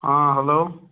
آ ہیلو